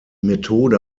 methode